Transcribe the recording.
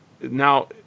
Now